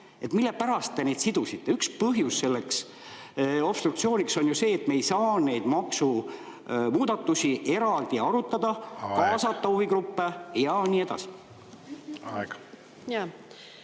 Mille pärast te need sidusite? Üks põhjus selleks obstruktsiooniks on ju see, et me ei saa neid maksumuudatusi eraldi arutada, kaasata huvigruppe ja nii edasi.